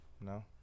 no